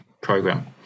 program